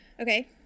Okay